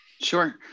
Sure